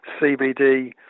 CBD